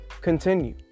continue